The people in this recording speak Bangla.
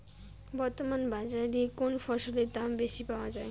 বর্তমান বাজারে কোন ফসলের দাম বেশি পাওয়া য়ায়?